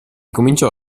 cominciò